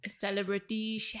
Celebrity